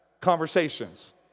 Conversations